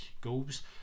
goals